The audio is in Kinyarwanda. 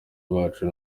bacu